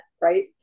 right